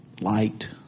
liked